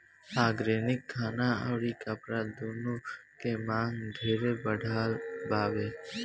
organic खाना अउरी कपड़ा दूनो के मांग ढेरे बढ़ल बावे